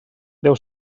deu